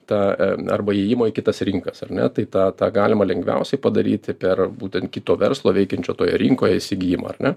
tą arba įėjimo į kitas rinkas ar ne tai tą tą galima lengviausiai padaryti per būtent kito verslo veikiančio toje rinkoje įsigijimą ar ne